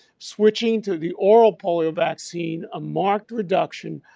switching to the oral polio vaccine a marked reduction.